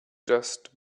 just